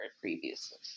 previously